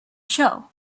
show